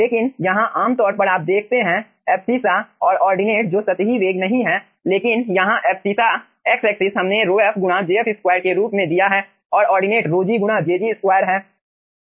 लेकिन यहाँ आमतौर पर आप देखते हैं एब्सिस्सा और ऑर्डिनेट जो सतही वेग नहीं हैं लेकिन यहां एब्सिस्सा हमने ρf गुणा jf2 के रूप में दिया है और ऑर्डिनेट ρg गुणाjg2 है